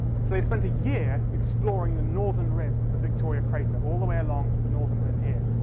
so, they spent a year exploring the northern rim of victoria crater, all the way along the northern rim here.